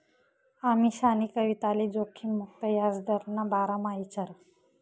अमीशानी कविताले जोखिम मुक्त याजदरना बारामा ईचारं